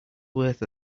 worth